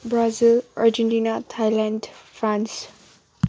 Brazil Argentina Thailand France